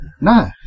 No